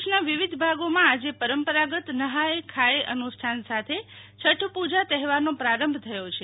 દેશના વિવિધ ભાગોમાં આજે પરંપરાગત નહાએ ખાતે અનુષ્ઠાન સાથે છઠ્ પુજા તહેવારનો પ્રારંભ થયો છે